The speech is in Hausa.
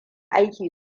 aiki